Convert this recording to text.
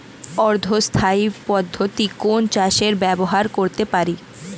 অর্ধ স্থায়ী পদ্ধতি কোন চাষে ব্যবহার করতে পারি?